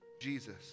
Jesus